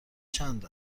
چند